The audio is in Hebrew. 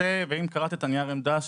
נייר העמדה,